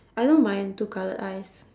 I know mine two coloured eyes